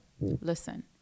listen